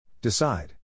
Decide